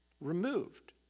removed